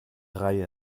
reihe